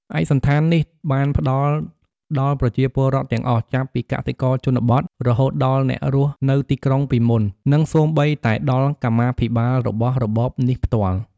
ឯកសណ្ឋាននេះបានផ្តល់ដល់ប្រជាពលរដ្ឋទាំងអស់ ចាប់ពីកសិករជនបទ រហូតដល់អ្នករស់នៅទីក្រុងពីមុន និងសូម្បីតែដល់កម្មាភិបាលរបស់របបនេះផ្ទាល់។